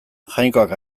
jainkoak